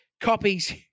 copies